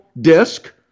disk